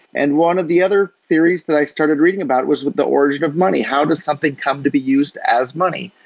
and one of the other theories that i started reading about was with the origin of money. how does something come to be used as money?